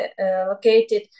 located